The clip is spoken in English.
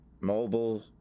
mobile